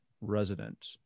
resident